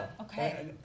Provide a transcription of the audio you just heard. Okay